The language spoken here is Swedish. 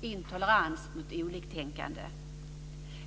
intolerans mot oliktänkande.